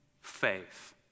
faith